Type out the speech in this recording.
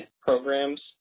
Programs